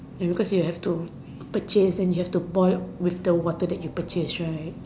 ya because you have to purchase and you have to boil with the water that you purchased right